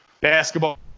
basketball